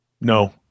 No